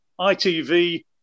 ITV